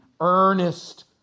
earnest